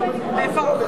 אני לא מבין מה קרה.